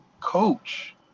coach